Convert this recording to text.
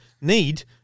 need